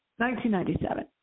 1997